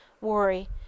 worry